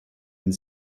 wenn